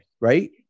right